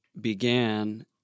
began